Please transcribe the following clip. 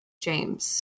James